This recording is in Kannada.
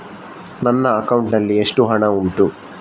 ನನ್ನ ಅಕೌಂಟ್ ನಲ್ಲಿ ಎಷ್ಟು ಹಣ ಉಂಟು?